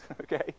okay